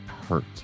Hurt